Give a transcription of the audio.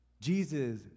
Jesus